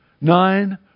Nine